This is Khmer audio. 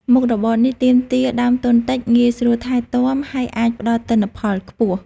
មុខរបរនេះទាមទារដើមទុនតិច ងាយស្រួលថែទាំ ហើយអាចផ្តល់ទិន្នផលខ្ពស់។